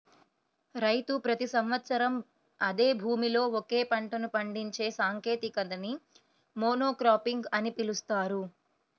రైతు ప్రతి సంవత్సరం అదే భూమిలో ఒకే పంటను పండించే సాంకేతికతని మోనోక్రాపింగ్ అని పిలుస్తారు